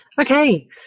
okay